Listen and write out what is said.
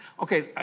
Okay